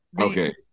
Okay